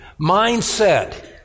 mindset